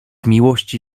miłości